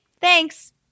Thanks